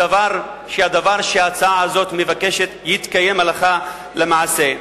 שהדבר שההצעה הזאת מבקשת יתקיים הלכה למעשה,